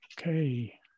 Okay